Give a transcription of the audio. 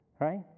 Right